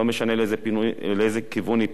לא משנה לאיזה כיוון היא פונה.